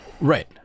Right